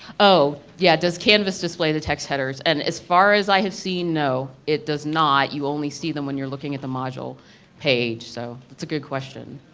oh yeah, does canvas display the text headers? and as far as i have seen, no. it does not you only see them when you're looking at the module page. so it's a good question.